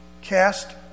Cast